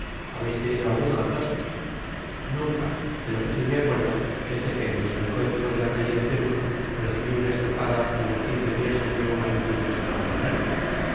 habeis tenido alguno athos iti i i nunca de lo que si me acuerdo es de que en nuestro encuentro de la calte de ferou recibi una estocada que á los quince dias me dió un apetito estraordinario